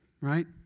right